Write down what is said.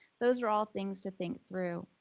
those are all things to think through.